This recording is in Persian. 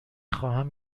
خواهم